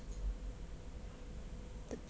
the